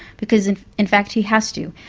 because in in fact he has to.